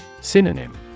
Synonym